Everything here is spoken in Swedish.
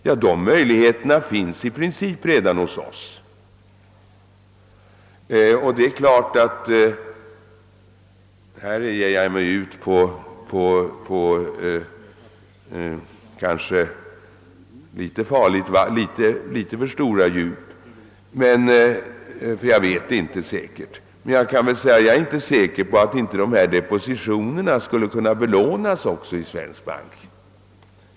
Sådana möjligheter finns i princip redan hos oss. Här ger jag mig kanske ut på alltför stora djup, eftersom jag inte vet det säkert, men jag kan väl åtminstone säga att jag inte är säker på att dessa depo Ssitioner inte också skulle kunna belånas i svensk bank.